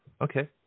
Okay